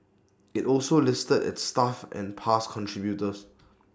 IT also listed its staff and past contributors